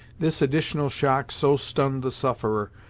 this additional shock so stunned the sufferer,